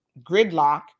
gridlock